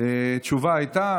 תשובה הייתה.